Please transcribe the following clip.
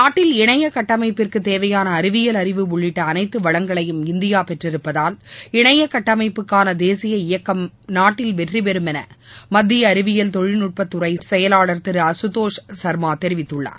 நாட்டில் இணைய கட்டமைப்பிற்கு தேவையான அறிவியல் அறிவு உள்ளிட்ட அனைத்து வளங்களையும் இந்தியா பெற்றிருப்பதால் இணைய கடடமைப்புக்கான தேசிய இயக்கம் நாட்டில் வெற்றி பெறும் என மத்திய அறிவியல் தொழில்நுட்பத்துறை செயலாளர் திரு அசுதோஷ் சர்மா தெரிவித்துள்ளார்